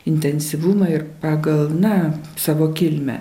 intensyvumą ir pagal na savo kilmę